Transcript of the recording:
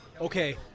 Okay